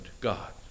God